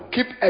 Keep